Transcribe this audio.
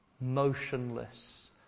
motionless